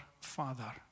Father